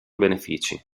benefici